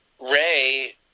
Ray